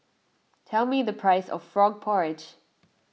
tell me the price of Frog Porridge